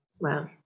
Wow